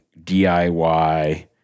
DIY